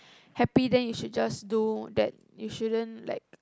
happy then you should just do that you shouldn't like